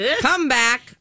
Comeback